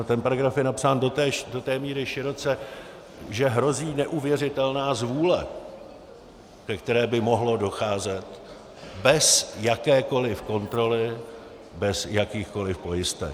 Ten paragraf je napsán do té míry široce, že hrozí neuvěřitelná zvůle, ke které by mohlo docházet bez jakékoliv kontroly, bez jakýchkoliv pojistek.